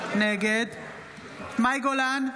נגד מאי גולן,